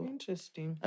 Interesting